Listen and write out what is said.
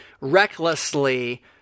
recklessly